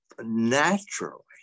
naturally